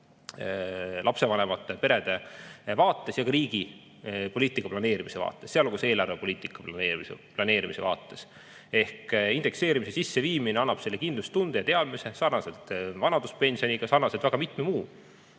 lapsevanemate, perede vaates ja ka riigi poliitikaplaneerimise vaates, sealhulgas eelarvepoliitika planeerimise vaates. Indekseerimise sisseviimine annab selle kindlustunde ja teadmise, nagu on vanaduspensioni puhul, nagu on väga mitme muu